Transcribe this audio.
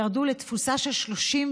הם ירדו לתפוסה של 35%,